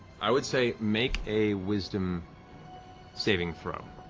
i would say make a wisdom saving throw.